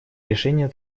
решения